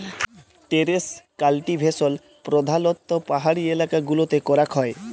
terrace cultivation প্রধালত্ব পাহাড়ি এলাকা গুলতে ক্যরাক হ্যয়